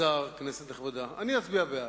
השר, כנסת נכבדה, אני אצביע בעד,